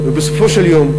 ובסופו של יום,